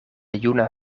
juna